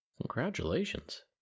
Congratulations